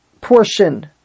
portion